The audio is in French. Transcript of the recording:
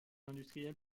industriels